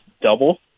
double—